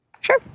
Sure